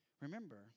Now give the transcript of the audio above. Remember